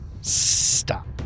Stop